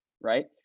right